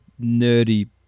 nerdy